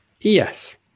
Yes